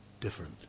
different